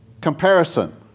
comparison